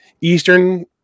Eastern